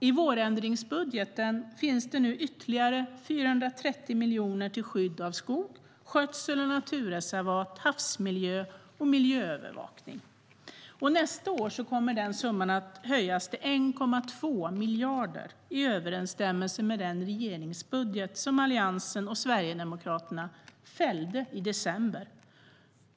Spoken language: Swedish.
I vårändringsbudgeten finns ytterligare 430 miljoner till skydd av skog, skötsel av naturreservat, havsmiljö och miljöövervakning. Nästa år kommer den summan att höjas till 1,2 miljarder i överenstämmelse med den regeringsbudget som Alliansen och Sverigedemokraterna fällde i december.